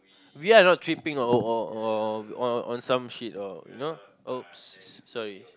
we are not tripping or or or or on some shit or you know !oops! sorry